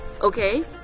okay